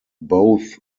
both